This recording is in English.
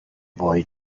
boy